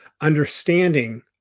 understanding